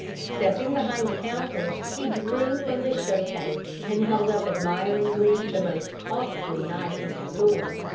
stepping behind the counter, he drew from the show-case and held up admiringly the most costly knife in the store.